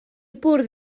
bwrdd